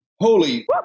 holy